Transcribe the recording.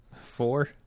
Four